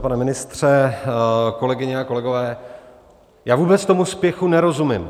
Pane ministře, kolegyně a kolegové, já vůbec tomu spěchu nerozumím.